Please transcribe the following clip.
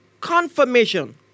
confirmation